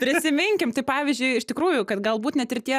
prisiminkim tai pavyzdžiui iš tikrųjų kad galbūt net ir tie